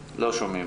שומעים.